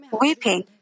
weeping